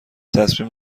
تصمیم